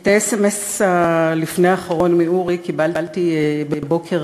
את הסמ"ס הלפני-אחרון מאורי קיבלתי בבוקר